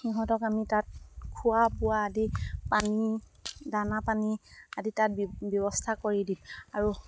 সিহঁতক আমি তাত খোৱা বোৱা আদি পানী দানা পানী আদি তাত ব্যৱস্থা কৰি দিওঁ আৰু